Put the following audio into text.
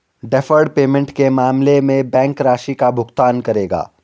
deferred payment के मामले में बैंक राशि का भुगतान करेगा